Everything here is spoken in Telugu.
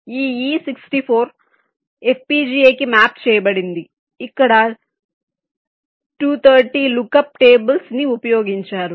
ఈ e64 ఒక FPGA కి మ్యాప్ చేయబడింది ఇక్కడ 230 లుక్ అప్ టేబుల్స్ ని ఉపయోగించారు